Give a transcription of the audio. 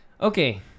okay